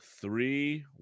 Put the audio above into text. three